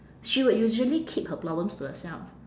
she would usually keep her problems to herself